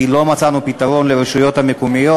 כי לא מצאנו פתרון לרשויות המקומיות.